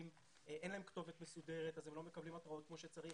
אין להם כתובת מסודרת ולכן הם לא מקבלים התראות כמו שצריך.